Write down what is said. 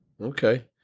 Okay